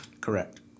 Correct